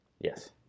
Yes